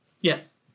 Yes